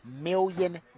million